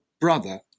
brother